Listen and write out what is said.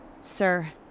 Sir